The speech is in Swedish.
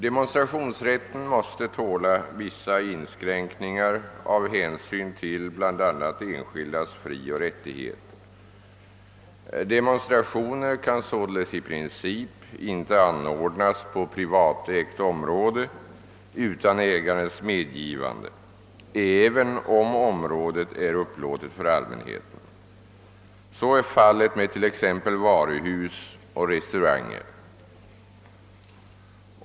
Demonstrationsrätten måste tåla vissa inskränkningar av hänsyn till bl.a. enskildas frioch rättigheter. Demonstrationer kan således i princip inte anordnas på privatägt område utan ägarens medgivande, även om området är upplåtet för allmänheten. Så är fallet med t.ex. varuhus och restauranger.